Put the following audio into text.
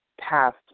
past